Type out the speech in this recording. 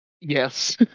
Yes